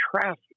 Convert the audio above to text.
traffic